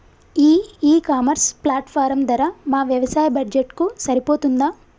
ఈ e commerce platform ధర మా వ్యవసాయ బడ్జెట్ కు సరిపోతుందా?